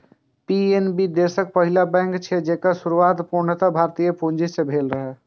PNB देशक पहिल bank छियै, जेकर शुरुआत पूर्णतः भारतीय पूंजी सं भेल रहै